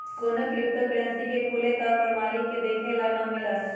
कौनो crypto currency के खुले तौर पर मालिक के देखे ला ना मिला हई